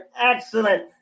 excellent